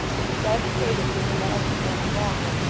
that if that state of things lasted much longer,